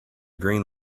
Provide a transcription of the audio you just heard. green